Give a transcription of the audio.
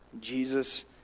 Jesus